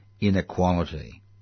inequality